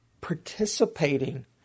participating